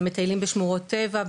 מטיילים בשמורות טבע,